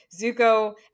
Zuko